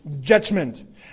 judgment